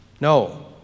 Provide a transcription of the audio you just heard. No